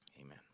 Amen